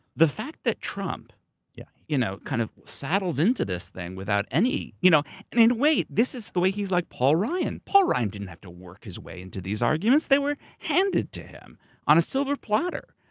the fact that trump yeah you know kind of saddles into this thing without any. you know and in a way, this is the way he's like paul ryan. paul ryan didn't have to work his way into these arguments. they were handed to him on a silver platter.